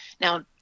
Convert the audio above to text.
Now